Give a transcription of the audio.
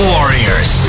Warriors